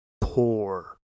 poor